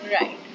Right